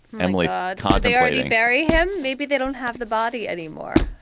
emily todd, they already bury him. maybe they don't have the body anymore.